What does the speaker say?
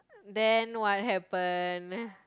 then what happen